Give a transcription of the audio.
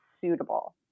suitable